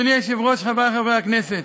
אדוני היושב-ראש, חברי חברי הכנסת,